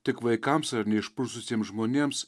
tik vaikams ar neišprususiems žmonėms